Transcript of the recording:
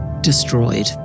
Destroyed